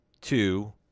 Two